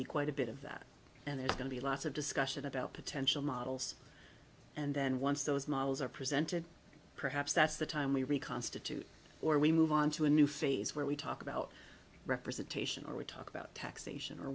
be quite a bit of that and there's going to be lots of discussion about potential models and then once those models are presented perhaps that's the time we reconstitute or we move onto a new phase where we talk about representation or we talk about taxation or